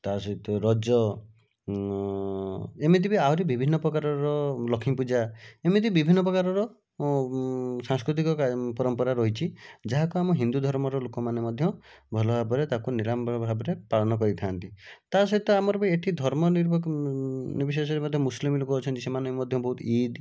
ତା'ସହିତ ରଜ ଏମିତି ବି ଆହୁରି ବିଭିନ୍ନ ପ୍ରକାରର ଲକ୍ଷ୍ମୀପୂଜା ଏମିତି ବିଭିନ୍ନ ପ୍ରକାରର ସାଂସ୍କୃତିକ ପରମ୍ପରା ରହିଛି ଯାହାକୁ ଆମ ହିନ୍ଦୁଧର୍ମର ଲୋକ ମଧ୍ୟ ଭଲ ଭାବରେ ତାକୁ ନିଡ଼ାମ୍ବର ଭାବରେ ପାଳନ କରିଥାନ୍ତି ତା'ସହିତ ଏଠି ଆମର ଧର୍ମ ନିର୍ବିଶେଷରେ ମୁସଲିମ୍ ଲୋକ ଅଛନ୍ତି ସେମାନେ ମଧ୍ୟ ବହୁତ ଈଦ୍